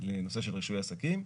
לנושא של רישוי עסקים.